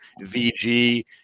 VG